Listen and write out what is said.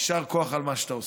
יישר כוח על מה שאתה עושה.